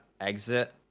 exit